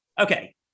okay